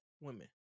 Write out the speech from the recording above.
women